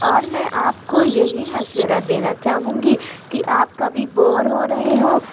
اور میں آپ کو یہی مشورہ دینا چاہوں گی کہ آپ کبھی بور ہو رہے ہوں